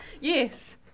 Yes